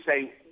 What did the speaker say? say